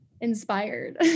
inspired